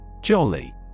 Jolly